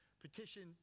Petition